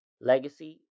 legacy